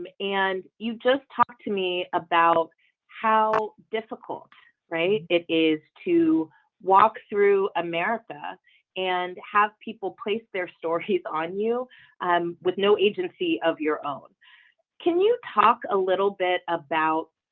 um and you just talk to me about how difficult right it is to walk through america and have people place their stories on you and with no agency of your own can you talk a little bit about?